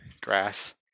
grass